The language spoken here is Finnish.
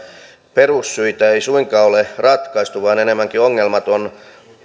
perussyitä ei suinkaan ole ratkaistu vaan enemmänkin ongelmat on